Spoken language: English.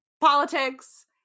politics